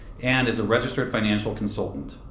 and is a registered financial consultant.